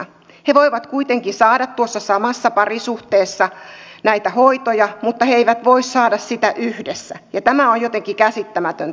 he voivat kuitenkin saada tuossa samassa parisuhteessa näitä hoitoja mutta he eivät voi saada sitä yhdessä ja tämä on jotenkin käsittämätöntä